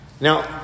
Now